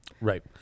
right